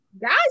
Guys